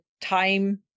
time